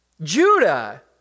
Judah